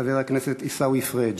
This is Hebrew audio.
חבר הכנסת עיסאווי פריג'.